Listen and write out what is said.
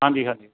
ਹਾਂਜੀ ਹਾਂਜੀ